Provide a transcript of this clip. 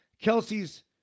Kelsey's